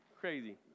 crazy